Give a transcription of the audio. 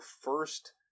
first